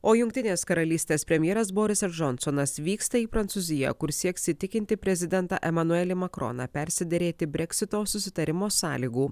o jungtinės karalystės premjeras borisas džonsonas vyksta į prancūziją kur sieks įtikinti prezidentą emanuelį makroną persiderėti breksito susitarimo sąlygų